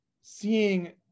seeing